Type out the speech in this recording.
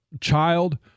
child